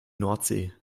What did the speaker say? nordsee